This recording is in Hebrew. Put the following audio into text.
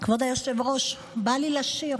כבוד היושב-ראש, בא לי לשיר.